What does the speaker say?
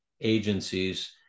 agencies